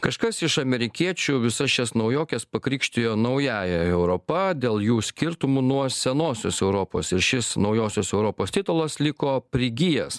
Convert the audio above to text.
kažkas iš amerikiečių visas šias naujokes pakrikštijo naująja europa dėl jų skirtumų nuo senosios europos ir šis naujosios europos titulas liko prigijęs